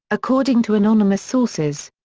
according to anonymous sources.